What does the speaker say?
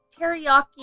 teriyaki